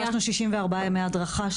רכשנו 64 ימי הדרכה,